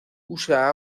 usa